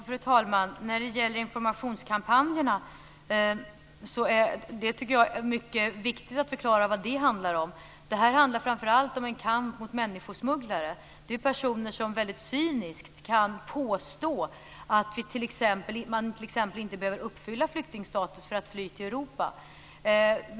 Fru talman! Det är viktigt att vi klarar ut vad informationskampanjerna handlar om. Detta handlar framför allt om en kamp mot människosmugglare. Det är personer som cyniskt kan påstå att man t.ex. inte behöver uppfylla flyktingstatus för att fly till Europa.